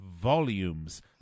volumes